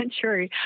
True